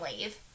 leave